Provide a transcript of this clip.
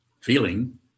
Feeling